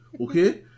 Okay